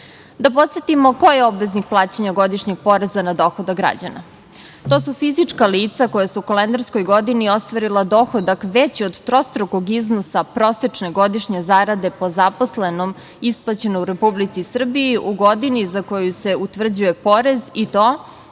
Da podsetimo ko je obveznik plaćanja godišnjeg poreza na dohodak građana. To su fizička lica koja su u kalendarskoj godini ostvarila dohodak veći od trostrukog iznosa prosečne godišnje zarade, po zaposlenom isplaćeno u Republici Srbiji, u godini za koju se utvrđuje porez i to